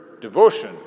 devotion